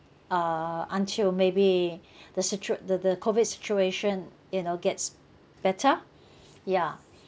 uh until maybe the situa~ the the COVID situation you know gets better ya